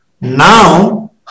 Now